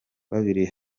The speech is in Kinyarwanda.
babiri